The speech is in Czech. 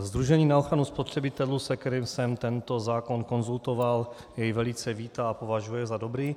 Sdružení na ochranu spotřebitelů, s kterým jsem tento zákon konzultoval, jej velice vítá a považuje za dobrý.